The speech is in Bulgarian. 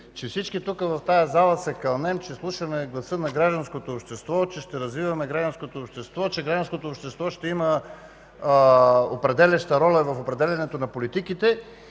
че всички тук в тази зала се кълнем, че слушаме гласът на гражданското общество, че ще развиваме гражданското общество, че то ще има определяща роля в определянето на политиките